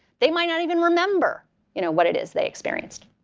they might not even remember you know what it is they experienced.